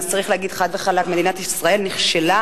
צריך להגיד חד וחלק: מדינת ישראל נכשלה,